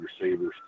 receivers